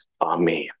Amen